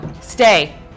stay